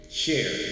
share